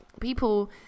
people